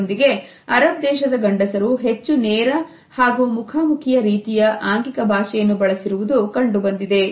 ಇದರೊಂದಿಗೆ ಅರಬ್ ದೇಶದ ಗಂಡಸರು ಹೆಚ್ಚು ನೇರ ಹಾಗೂ ಮುಖಾಮುಖಿಯ ರೀತಿಯ ಆಂಗಿಕ ಭಾಷೆಯನ್ನು ಬಳಸಿರುವುದು ಕಂಡುಬಂದಿದೆ